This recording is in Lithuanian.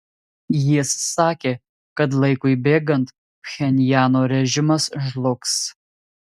jis sakė kad laikui bėgant pchenjano režimas žlugs